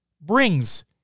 brings